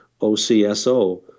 OCSO